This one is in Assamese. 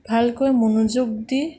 ভালকৈ মনোযোগ দি